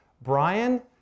Brian